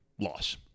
loss